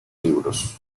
libros